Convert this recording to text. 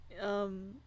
Um-